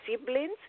siblings